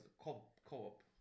co-op